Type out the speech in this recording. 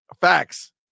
Facts